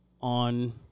on